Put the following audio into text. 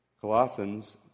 Colossians